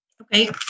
Okay